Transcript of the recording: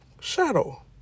shadow